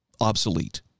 obsolete